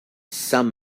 some